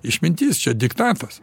išmintis čia diktatas